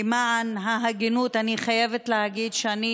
למען ההגינות אני חייבת להגיד שאני